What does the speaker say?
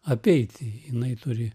apeiti jinai turi